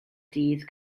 dydd